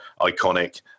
Iconic